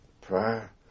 prayer